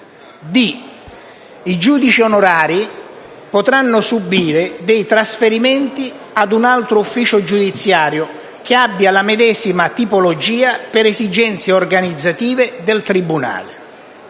i giudici onorari potranno subire dei trasferimenti ad un altro ufficio giudiziario, che abbia la medesima tipologia, per esigenze organizzative del tribunale.